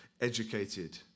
educated